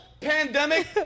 pandemic